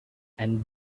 and